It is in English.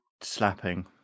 slapping